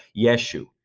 Yeshu